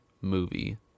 movie